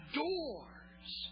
doors